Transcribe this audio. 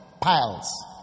piles